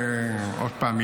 עוד פעם,